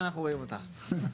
שירותים ומקצועות בענף הרכב (תיקון מס' 7),